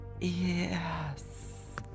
Yes